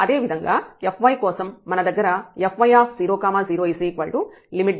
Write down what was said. అదేవిధంగా fy కోసం మన దగ్గరfy00Δy→0 f0y f00y ఉంది